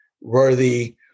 worthy